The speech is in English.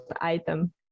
item